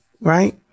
right